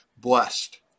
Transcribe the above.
blessed